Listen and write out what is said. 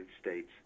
States